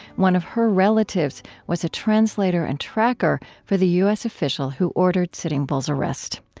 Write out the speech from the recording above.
one of her relatives was a translator and tracker for the u s. official who ordered sitting bull's arrest.